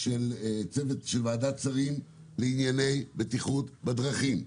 של צוות של ועדת שרים לענייני בטיחות בדרכים.